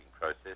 process